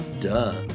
duh